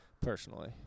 personally